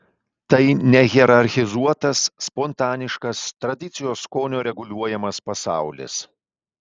tai nehierarchizuotas spontaniškas tradicijos skonio reguliuojamas pasaulis